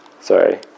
Sorry